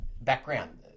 background